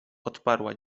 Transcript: odparła